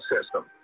system